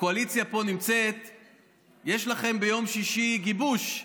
הקואליציה נמצאת פה, יש לכם ביום שישי גיבוש,